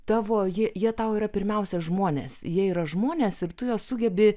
tavo ji jie tau yra pirmiausia žmonės jie yra žmonės ir tu juos sugebi